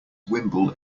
wimble